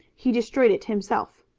he destroyed it himself.